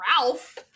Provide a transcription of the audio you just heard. ralph